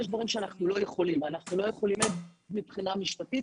שאנחנו לא יכולים, אנחנו לא יכולים מבחינה משפטית.